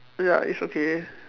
ya it's okay